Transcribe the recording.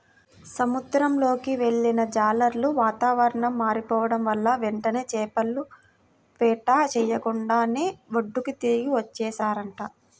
సముద్రంలోకి వెళ్ళిన జాలర్లు వాతావరణం మారిపోడం వల్ల వెంటనే చేపల వేట చెయ్యకుండానే ఒడ్డుకి తిరిగి వచ్చేశారంట